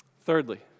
Thirdly